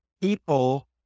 people